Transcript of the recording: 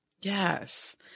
Yes